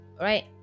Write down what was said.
Right